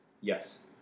Yes